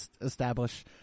establish